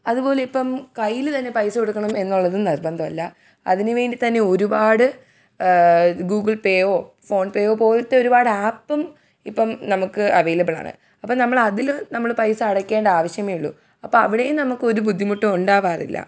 അതുപോലെ ഇപ്പം കയ്യിൽ തന്നെ പൈസ കൊടുക്കണം എന്നുള്ളത് നിർബന്ധം അല്ല അതിന് വേണ്ടി തന്നെ ഒരുപാട് ഗൂഗിൾ പേയോ ഫോൺപേയോ പോലത്തെ ഒരുപാട് ആപ്പും ഇപ്പം നമുക്ക് അവൈലബിൾ ആണ് അപ്പം നമ്മൾ അതിൽ നമ്മൾ പൈസ അടയ്ക്കേണ്ട അവശ്യമേ ഉള്ളൂ അപ്പം അവിടെയും നമുക്കൊരു ബുദ്ധിമുട്ടും ഉണ്ടാവാറില്ല